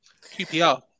QPR